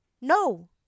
no